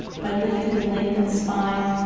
my lifted and lengthened spine.